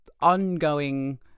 Ongoing